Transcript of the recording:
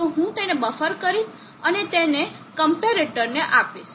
તો હું તેને બફર કરીશ અને તેને ક્મ્પેરેટર ને આપીશ